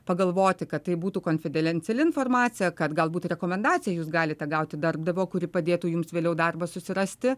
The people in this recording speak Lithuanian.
pagalvoti kad tai būtų konfidelenciali informacija kad galbūt rekomendaciją jūs galite gauti darbdavio kuri padėtų jums vėliau darbą susirasti